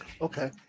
Okay